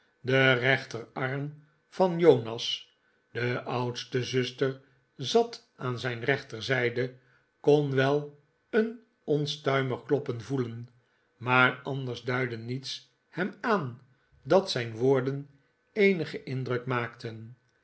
de rechterarm van jonas de oudste zuster zat aan zijn rechterzijde kon wel een onstuimig kloppen voelen maar anders duidde niets hem aan dat zijn woorden eenigen indruk maakten